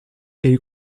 elle